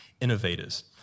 innovators